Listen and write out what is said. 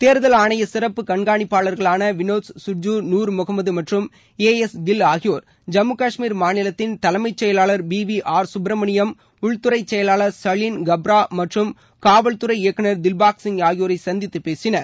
தேர்தல் ஆணைய சிறப்பு கண்காணிப்பாளர்களான வினோத் ஜூட்சி நூர் முகமது மற்றும் ஏ எஸ் கில் ஆகியோர் ஜம்மு கஷ்மீர் மாநிலத்தின் தலைமைச் செயலாளர் பி வி ஆர் சுப்பிரமணியம் உள்துறை செயலாளர் சலீன் கப்ரா மற்றும் காவல்துறை இயக்குநர் தில்பாக் சிப் ஆகியோரை சந்தித்து பேசினர்